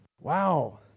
Wow